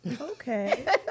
Okay